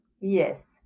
Yes